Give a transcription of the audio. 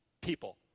people